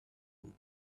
after